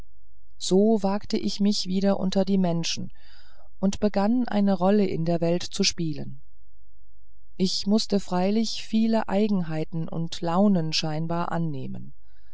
so wagt ich mich wieder unter die menschen und begann eine rolle in der welt zu spielen ich mußte freilich viele eigenheiten und launen scheinbar annehmen